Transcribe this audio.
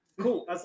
Cool